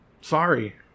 Sorry